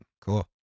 Cool